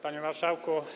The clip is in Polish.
Panie Marszałku!